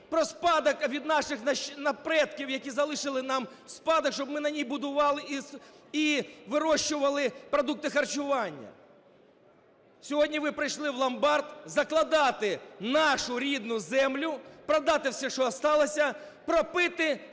про спадок від наших предків, які залишили нам у спадок, щоб ми на ній будували і вирощували продукти харчування? Сьогодні ви прийшли в ломбард закладати нашу рідну землю, продати все, що осталося, пропити,